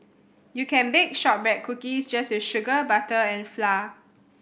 you can bake shortbread cookies just with sugar butter and flour